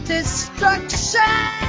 Destruction